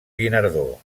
guinardó